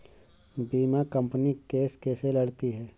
बीमा company case कैसे लड़ती है?